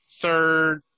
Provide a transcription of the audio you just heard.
Third